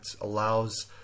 allows